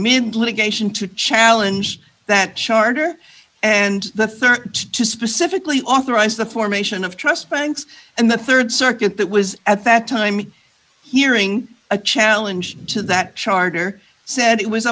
mid litigation to challenge that charter and the thirty two dollars specifically authorized the formation of trust banks and the rd circuit that was at that time hearing a challenge to that charter said it was